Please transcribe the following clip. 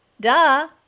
Duh